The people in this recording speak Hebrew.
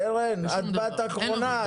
קרן, את באת אחרונה.